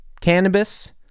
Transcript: cannabis